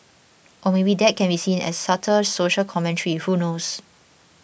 or maybe that can be seen as subtle social commentary who knows